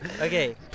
Okay